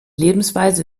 lebensweise